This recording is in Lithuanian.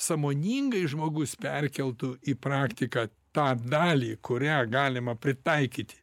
sąmoningai žmogus perkeltų į praktiką tą dalį kurią galima pritaikyti